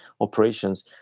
Operations